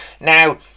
Now